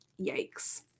yikes